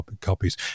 copies